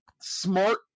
smart